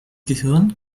gehirn